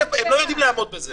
הם לא יודעים לעמוד בזה.